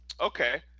okay